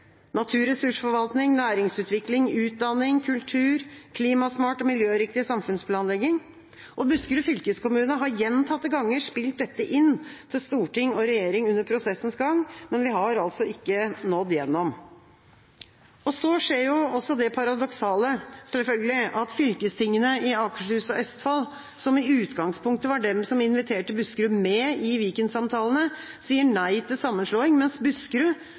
naturressursforvaltning, næringsutvikling, utdanning, kultur og klimasmart og miljøriktig samfunnsplanlegging. Buskerud fylkeskommune har gjentatte ganger spilt dette inn til storting og regjering under prosessens gang, men vi har altså ikke nådd gjennom. Så skjer også det paradoksale – selvfølgelig – at fylkestingene i Akershus og Østfold, som i utgangspunktet var de som inviterte Buskerud med i Viken-samtalene, sier nei til sammenslåing, mens Buskerud,